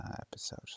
episode